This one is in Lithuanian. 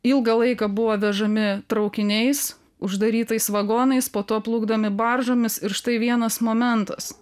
ilgą laiką buvo vežami traukiniais uždarytais vagonais po to plukdomi baržomis ir štai vienas momentas